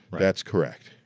that's correct.